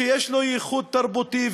שיש לו ייחוד תרבותי,